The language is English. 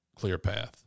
ClearPath